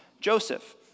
Joseph